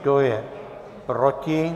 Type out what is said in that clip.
Kdo je proti?